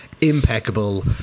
impeccable